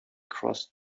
crossed